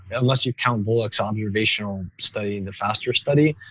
and unless you count volek's observational study, and the faster study.